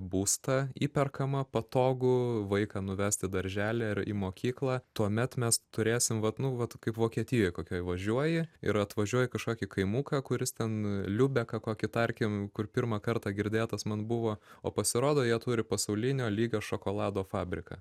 būstą įperkamą patogų vaiką nuvest į darželį ar į mokyklą tuomet mes turėsim vat nu vat kaip vokietijoj kokioj važiuoji ir atvažiuoji į kažkokį kaimuką kuris ten liubeką kokį tarkim kur pirmą kartą girdėtas man buvo o pasirodo jie turi pasaulinio lygio šokolado fabriką